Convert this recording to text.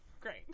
Great